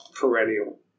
perennial